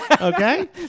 Okay